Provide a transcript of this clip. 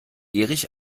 erich